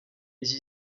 iki